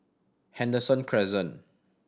Henderson Crescent